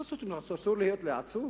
מה זאת אומרת, אסור להיות לי עצוב?